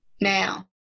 Now